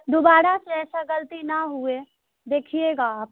دوبارہ سے ایسا غلطی نہ ہوئے دیکھیے گا آپ